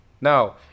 Now